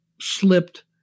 slipped